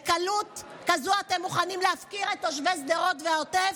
בקלות כזאת אתם מוכנים להפקיר את תושבי שדרות והעוטף,